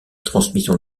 transmission